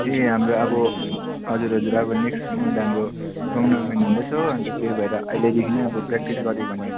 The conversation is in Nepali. ए हाम्रो अब हजुर हजुर अब नेक्स्ट मन्थ हाम्रो टुर्नामेन्ट हुँदैछ हो अन्त त्यही भएर अहिलेदेखि नै अब प्र्याक्टिस गऱ्यो भने